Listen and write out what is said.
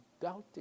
doubting